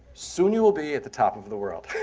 soon you will be at the top of the world.